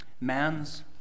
Man's